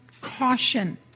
caution